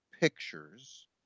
pictures